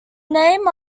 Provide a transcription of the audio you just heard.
name